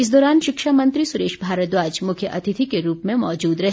इस दौरान शिक्षा मंत्री सुरेश भारद्वाज मुख्य अतिथि के रूप में मौजूद रहे